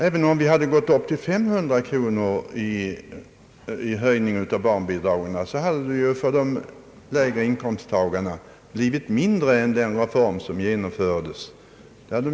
Även en så pass kraftig höjning av barnbidragen som med 500 kronor hade för de lägre inkomsttagarna gett ett sämre resultat än vad den genomförda reformen innebar.